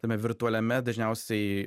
tame virtualiame dažniausiai